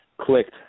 clicked